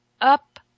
up